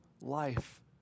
life